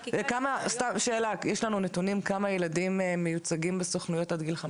יש לנו נתונים כמה ילדים עד גיל 15 מיוצגים בסוכנויות?